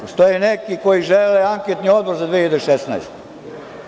Postoje neki koji žele anketni odbor za 2016. godinu.